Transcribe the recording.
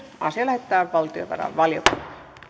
asia lähetetään valtiovarainvaliokuntaan